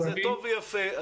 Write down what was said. עבדאללה זה טוב ויפה,